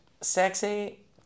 sexy